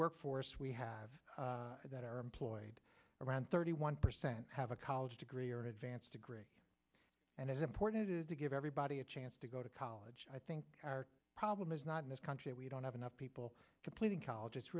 work force we have that are employed around thirty one percent have a college degree or an advanced degree and imported to give everybody a chance to go to college i think the problem is not in this country we don't have enough people completing college it's